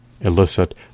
elicit